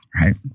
Right